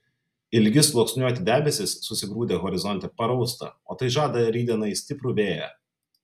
ilgi sluoksniuoti debesys susigrūdę horizonte parausta o tai žada rytdienai stiprų vėją